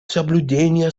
соблюдения